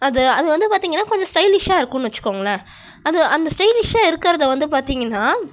அது அது வந்து பார்த்தீங்கன்னா கொஞ்சம் ஸ்டைலிஷ்ஷாக இருக்கும்ன்னு வச்சுக்கோங்களேன் அது அந்த ஸ்டைலிஷ்ஷாக இருக்கிறது வந்து பார்த்தீங்கன்னா